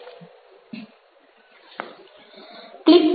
clip અને ધ્વનિ